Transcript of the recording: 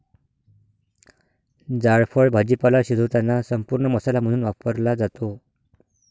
जायफळ भाजीपाला शिजवताना संपूर्ण मसाला म्हणून वापरला जातो